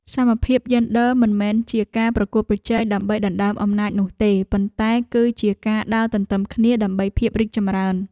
សមភាពយេនឌ័រមិនមែនជាការប្រកួតប្រជែងដើម្បីដណ្តើមអំណាចនោះទេ ប៉ុន្តែគឺជាការដើរទន្ទឹមគ្នាដើម្បីភាពរីកចម្រើន។